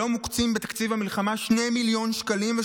ולו מוקצים בתקציב המלחמה 2.35 מיליון שקלים.